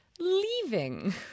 Leaving